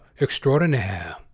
extraordinaire